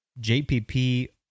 JPP